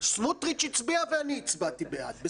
סמוטריץ' הצביע ואני הצבעתי בעד,